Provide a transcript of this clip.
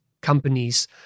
companies